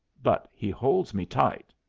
but he holds me tight.